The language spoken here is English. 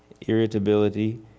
irritability